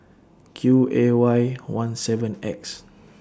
Q A Y one seven X